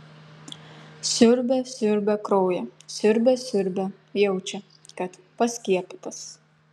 siurbia siurbia kraują siurbia siurbia jaučia kad paskiepytas